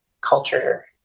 culture